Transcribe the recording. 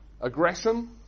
aggression